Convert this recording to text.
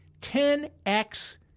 10X